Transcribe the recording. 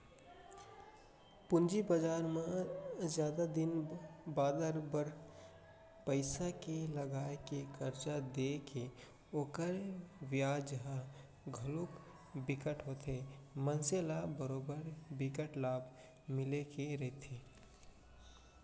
पूंजी बजार म जादा दिन बादर बर पइसा के लगाय ले करजा देय ले ओखर बियाज ह घलोक बिकट होथे मनसे ल बरोबर बिकट लाभ मिले के रहिथे